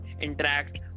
interact